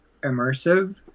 immersive